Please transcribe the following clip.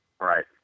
Right